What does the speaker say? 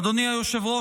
אדוני היושב-ראש,